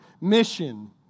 mission